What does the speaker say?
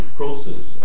process